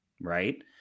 right